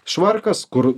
švarkas kur